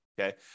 Okay